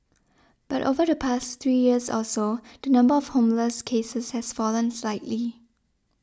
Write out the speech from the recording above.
but over the past three years or so the number of homeless cases has fallen slightly